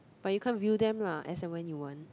but you can't view them lah as and when you want